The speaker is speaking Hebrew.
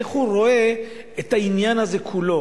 איך הוא רואה את העניין הזה כולו.